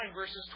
verses